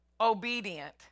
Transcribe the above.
obedient